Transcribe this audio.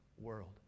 world